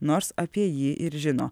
nors apie jį ir žino